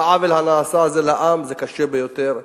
והעוול הזה שנעשה לעם זה קשה ביותר.